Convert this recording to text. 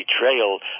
betrayal